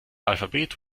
alphabet